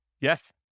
Yes